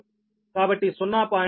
కాబట్టి 0